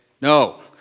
no